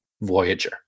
Voyager